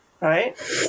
Right